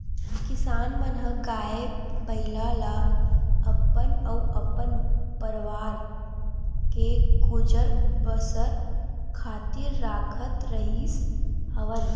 किसान मन ह गाय, बइला ल अपन अउ अपन परवार के गुजर बसर खातिर राखत रिहिस हवन